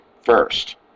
First